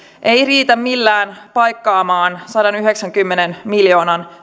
ei riitä millään paikkaamaan sadanyhdeksänkymmenen miljoonan